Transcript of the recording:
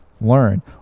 learn